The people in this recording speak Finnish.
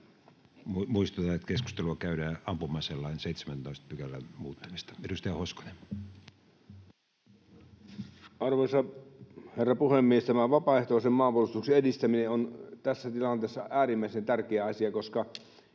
annetun lain sekä ampuma-aselain 17 §:n muuttamisesta Time: 14:41 Content: Arvoisa herra puhemies! Tämä vapaaehtoisen maanpuolustuksen edistäminen on tässä tilanteessa äärimmäisen tärkeä asia, koska